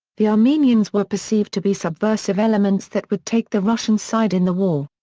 the armenians were perceived to be subversive elements that would take the russian side in the war.